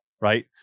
right